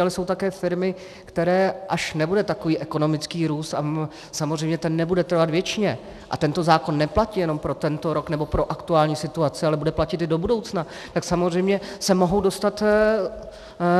Ale jsou také firmy, které, až nebude takový ekonomický růst, a ten samozřejmě nebude trvat věčně a tento zákon neplatí jenom pro tento rok nebo pro aktuální situaci, ale bude platit i do budoucna , tak samozřejmě se mohou dostat